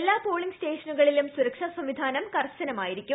എല്ലാ പോളിംഗ് സ്റ്റേഷനുകളിലും സുരക്ഷാ സംവിധാനം കർശനമായിരിക്കും